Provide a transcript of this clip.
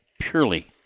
purely